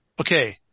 Okay